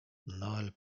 noel